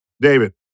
David